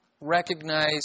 recognize